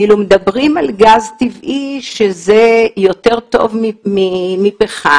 מדברים על גז טבעי שהוא יותר טוב מפחם,